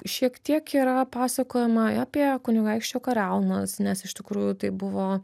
šiek tiek yra pasakojama apie kunigaikščio kariaunas nes iš tikrųjų tai buvo